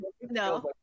No